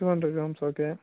two hundred grams okay